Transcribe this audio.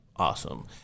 Awesome